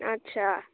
আচ্ছা